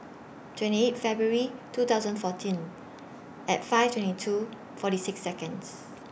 twenty eight February two thousand fourteen At five twenty two forty six Seconds